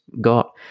got